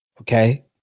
okay